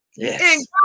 Yes